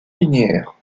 linéaires